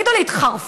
תגידו לי, התחרפנתם?